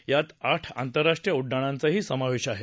यात आठ आंतरराष्ट्रीय उड्डाणांचाही समावेश आहे